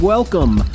Welcome